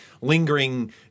lingering